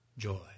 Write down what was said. joy